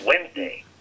Wednesday